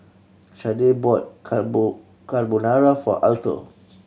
Shardae bought Carbonara for Alto